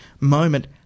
moment